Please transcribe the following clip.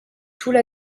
tout